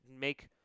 make